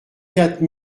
quatre